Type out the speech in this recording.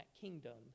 kingdom